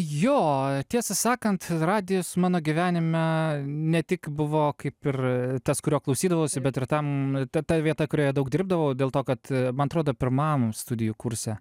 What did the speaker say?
jo tiesą sakant radijas mano gyvenime ne tik buvo kaip ir tas kurio klausydavausi bet ir tam ta ta vieta kurioje daug dirbdavau dėl to kad man atrodo pirmam studijų kurse